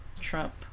Trump